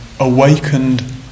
awakened